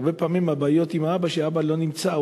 הרבה פעמים הבעיות עם האבא הן שהאבא לא נמצא,